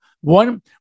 One